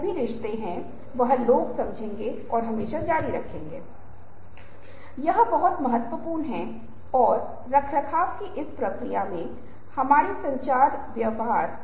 अधिक दिलचस्प बात यह है कि हम यह भी देख रहे होंगे कि हम विजुअल्स की दुनिया का अनुभव कैसे कर रहे हैं और हमारे पास कई रोमांचक इंटरैक्टिव होंगे आइए हम बताते हैं सर्वेक्षण और गतिविधियाँ जिनके माध्यम से एक साथ हम यह पता लगाने की कोशिश करेंगे कि हम यह कैसे करते हैं